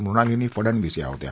मृणालिनी फडणवीस या होत्या